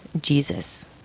Jesus